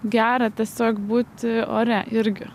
gera tiesiog būti ore irgi